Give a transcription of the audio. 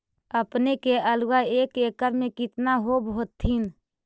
अपने के आलुआ एक एकड़ मे कितना होब होत्थिन?